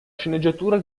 sceneggiatura